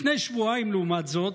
לפני שבועיים, לעומת זאת,